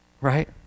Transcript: right